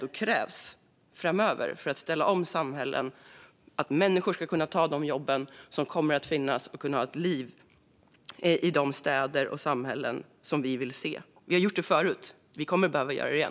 Det är vad som krävs för att kunna ställa om samhällen och för att människor ska kunna ta de jobb som kommer att finnas och kunna ha ett liv i de städer och samhällen som vi vill se. Vi har gjort det förut, och vi kommer att behöva göra det igen.